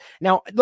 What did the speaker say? Now